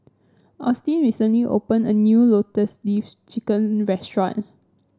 Austyn recently opened a new Lotus Leaf Chicken restaurant